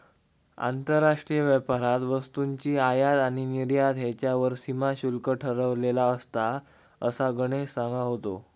आंतरराष्ट्रीय व्यापारात वस्तूंची आयात आणि निर्यात ह्येच्यावर सीमा शुल्क ठरवलेला असता, असा गणेश सांगा होतो